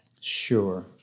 Sure